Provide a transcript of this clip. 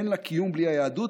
אין לה קיום בלי היהדות,